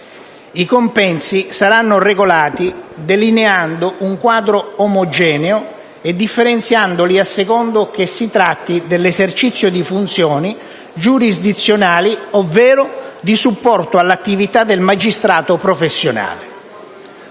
i compensi saranno regolati delineando un quadro omogeneo e differenziandoli a seconda che si tratti dell'esercizio di funzioni giurisdizionali ovvero di supporto all'attività del magistrato professionale.